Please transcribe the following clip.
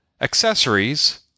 accessories